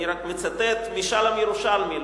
אני רק מצטט את שלום ירושלמי,